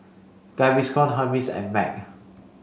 Gaviscon Hermes and MAG